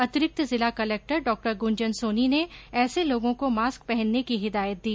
अतिरिक्त जिला कलेक्टर डॉ गूंजन सोनी ने ऐसे लोगों को मास्क पहनने की हिदायत दी